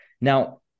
Now